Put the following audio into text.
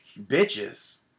bitches